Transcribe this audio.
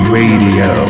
Radio